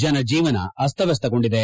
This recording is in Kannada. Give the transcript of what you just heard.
ಜನಜೀವನ ಆಸ್ತವ್ಯಸ್ತಗೊಂಡಿದೆ